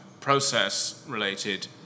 Process-related